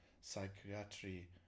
psychiatry